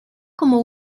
como